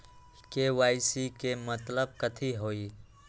KYC के मतलब कथी होई?